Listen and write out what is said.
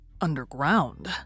Underground